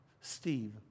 Steve